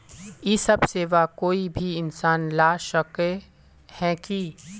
इ सब सेवा कोई भी इंसान ला सके है की?